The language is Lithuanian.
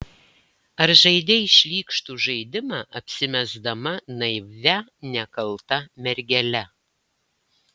ar žaidei šlykštų žaidimą apsimesdama naivia nekalta mergele